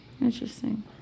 Interesting